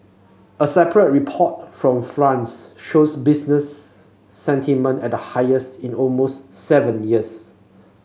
a separate report from France showed business sentiment at the highest in almost seven years